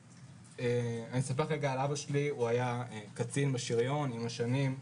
אבא שלי היה קצין בשיריון הרבה שנים,